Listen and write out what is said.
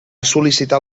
sol·licitar